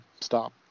stop